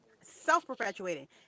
self-perpetuating